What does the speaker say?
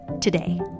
today